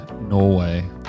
Norway